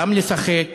גם לשחק,